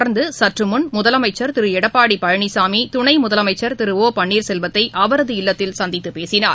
தொடர்ந்துசற்றுமுன் முதலமைச்சர் திருஎடப்பாடிபழனிசாமி துணைமுதலமைச்சர் இதனைத் திரு இ பன்னீர்செல்வத்தைஅவரது இல்லத்தில் சந்தித்துப் பேசினார்